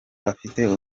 afite